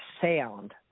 sound